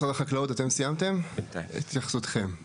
משרד החקלאות סיימתם את התייחסותכם?